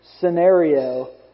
scenario